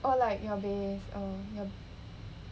or like your bass orh